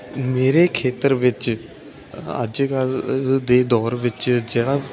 ਮੇਰੇ ਖੇਤਰ ਵਿੱਚ ਅੱਜ ਕੱਲ੍ਹ ਦੇ ਦੌਰ ਵਿੱਚ ਜਿਹੜਾ